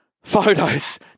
Photos